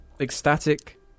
ecstatic